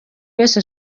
wese